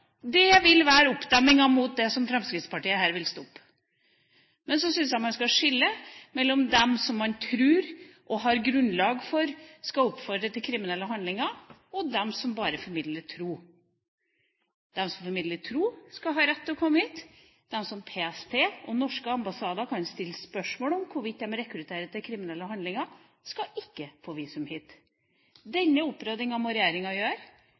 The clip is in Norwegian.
det vil være oppdemmingen mot det som Fremskrittspartiet her vil stoppe. Men så syns jeg man skal skille mellom dem som man har grunnlag for å tro skal oppfordre til kriminelle handlinger, og dem som bare formidler tro. De som formidler tro, skal ha rett til å komme hit, de som PST og norske ambassader kan stille spørsmål om når det gjelder om de rekrutterer til kriminelle handlinger, skal ikke få visum hit. Denne oppryddingen må regjeringa gjøre.